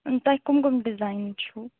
تۄہہِ کُم کُم ڈِزایِن چھُو